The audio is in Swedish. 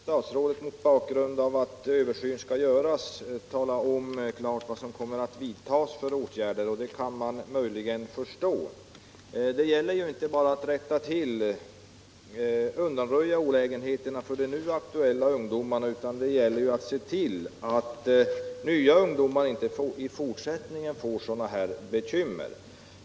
Herr talman! Mot bakgrund av att en översyn skall göras vill statsrådet inte nu tala om vilka åtgärder som kommer att vidtas, och det kan jag möjligen förstå. Men jag vill framhålla att det inte bara gäller att undanröja olägenheterna för de nu aktuella ungdomarna, utan det gäller också att se till att andra ungdomar inte får liknande bekymmer i framtiden.